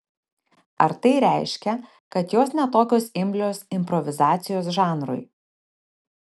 ar tai reiškia kad jos ne tokios imlios improvizacijos žanrui